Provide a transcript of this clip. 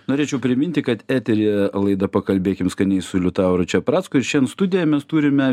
norėčiau priminti kad eteryje laida pakalbėkim skaniai su liutauru čepracku ir šiandien studijoj mes turime